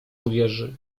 uwierzy